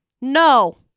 No